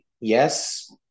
yes